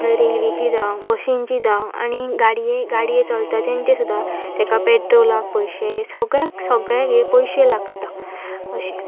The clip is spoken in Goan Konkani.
रेल्वेची जावं बशींची जावं आनी गाडये गाडये चलता तेंचे सुद्दां तेका पेट्रोलाक पयशे सगळ्याक सगळ्याक हे पयशे लागता अशे